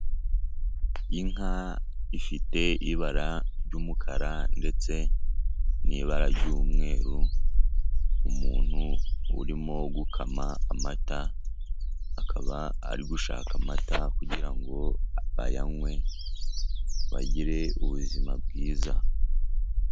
Inka ifite ibara ry'umukara, ndetse n'ibara ry'umweru, umuntu urimo gukama amata, akaba ari gushaka amata kugirango ayanywe, bagire ubuzima bwiza.